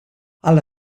alla